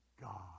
God